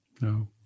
no